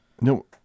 no